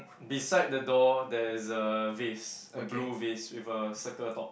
beside the door there is a vase a blue vase with a circle top